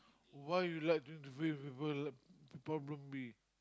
why you like to give people the problem be